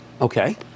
Okay